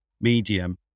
medium